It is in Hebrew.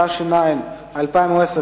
התש"ע 2010,